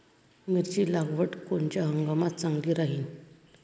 मिरची लागवड कोनच्या हंगामात चांगली राहीन?